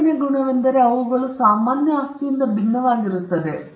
ಎರಡನೆಯ ಗುಣವೆಂದರೆ ಅವುಗಳು ಸಾಮಾನ್ಯ ಆಸ್ತಿಯಿಂದ ಭಿನ್ನವಾಗಿರುತ್ತವೆ